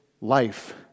life